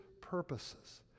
purposes